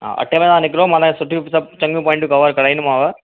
हा अठे बजे निकिरो माना सभु सुठियूं चंङियूं पोईंटयूं कवर कराईंदोमांव